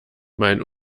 mein